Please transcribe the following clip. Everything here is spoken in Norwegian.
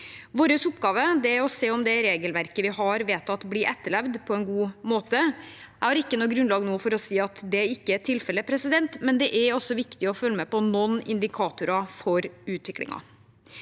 Vår oppgave er å se på om det regelverket vi har vedtatt, blir etterlevd på en god måte. Jeg har ikke noe grunnlag nå for å si at det ikke er tilfellet, men det er også viktig å følge med på noen indikatorer for utviklingen.